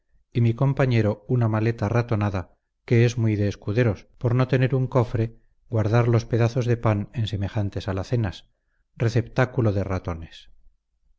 y mi compañero una maleta ratonada que es muy de escuderos por no tener un cofre guardar los pedazos de pan en semejantes alacenas receptáculo de ratones